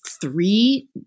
three